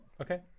Okay